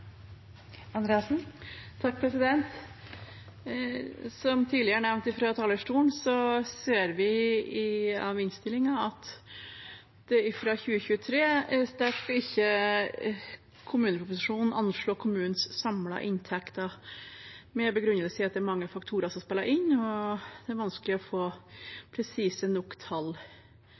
Som tidligere nevnt fra talerstolen ser vi av innstillingen at fra og med kommuneproposisjonen for 2023 anslås ikke kommunenes samlede inntekter, med begrunnelse i at det er mange faktorer som spiller inn, og at det er vanskelig å få presise nok tall.